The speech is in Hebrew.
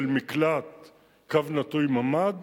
של מקלט או ממ"ד,